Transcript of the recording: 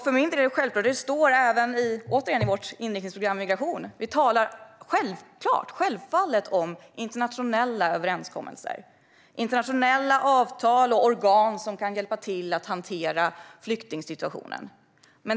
För min del är det självklart - och det står även, återigen, i vårt inriktningsprogram om migration - att vi behöver internationella överenskommelser. Internationella avtal och organ kan hjälpa till att hantera flyktingsituationen.